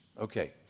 Okay